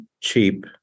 cheap